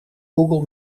google